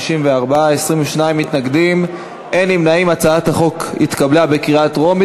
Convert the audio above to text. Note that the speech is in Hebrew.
להעביר את הצעת חוק שלילת הזכאות לדמי הביטוח הלאומי